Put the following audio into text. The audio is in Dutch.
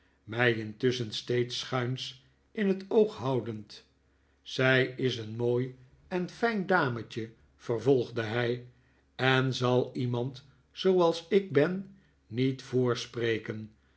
mij intusschen steeds schuins in het oog houdend zij is een mooi en fijn dametje vervolgde hij en zal iemand zooals ik ben niet